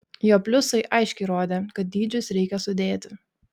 jo pliusai aiškiai rodė kad dydžius reikia sudėti